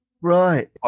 right